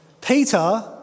Peter